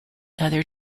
other